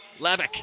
Levick